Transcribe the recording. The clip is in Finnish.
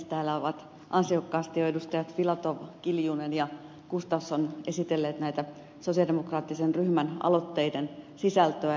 täällä ovat ansiokkaasti jo edustajat filatov kiljunen ja gustafsson esitelleet näiden sosialidemokraattisen ryhmän aloitteiden sisältöä